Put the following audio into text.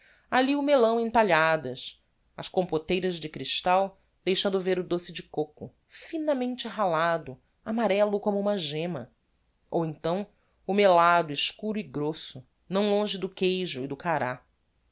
alli o melão em talhadas as compoteiras de crystal deixando ver o doce de coco finamente ralado amarello como uma gemma ou então o melado escuro e grosso não longe do queijo e do cará